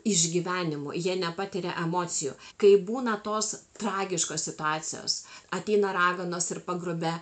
išgyvenimų jie nepatiria emocijų kai būna tos tragiškos situacijos ateina raganos ir pagrobia